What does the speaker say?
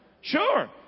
Sure